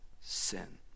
sin